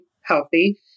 healthy